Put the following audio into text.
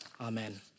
amen